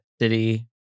city